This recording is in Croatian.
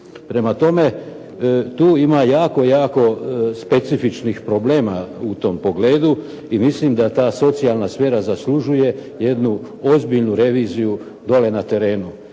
Prema tome, tu ima jako, jako specifičnih problema u tom pogledu. I mislim da ta socijalna sfera zaslužuje jednu ozbiljnu reviziju dolje na terenu.